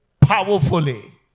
Powerfully